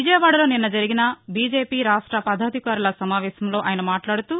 విజయవాడలో నిన్న జరిగిన బీజేపీ రాష్ట పదాధికారుల సమావేశంలో ఆయన మాట్లాడుతూ